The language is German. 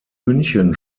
münchen